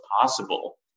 possible